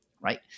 right